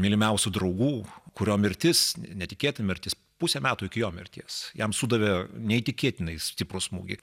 mylimiausių draugų kurio mirtis netikėta mirtis pusę metų iki jo mirties jam sudavė neįtikėtinai stiprų smūgį